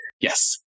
yes